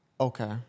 Okay